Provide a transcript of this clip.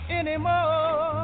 anymore